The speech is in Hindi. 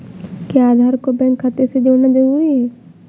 क्या आधार को बैंक खाते से जोड़ना जरूरी है?